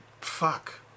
fuck